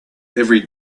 every